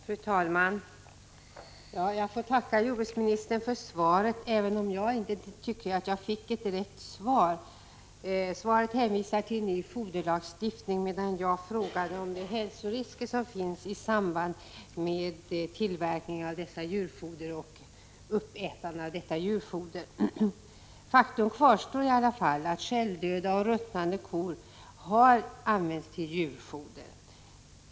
Fru talman! Jag får tacka jordbruksministern för svaret, även om jag inte tycker att jag fick rätt svar. Svaret hänvisar till ny foderlagstiftning, medan jag frågade om de hälsorisker som finns i samband med tillverkning och ätande av detta djurfoder. 41 Faktum kvarstår i alla fall: självdöda och ruttnande kor har använts till djurfoder.